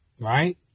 Right